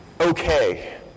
okay